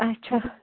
اَچھا